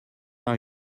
are